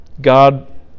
God